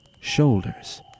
shoulders